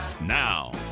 Now